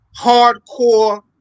hardcore